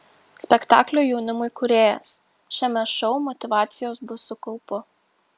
spektaklio jaunimui kūrėjas šiame šou motyvacijos bus su kaupu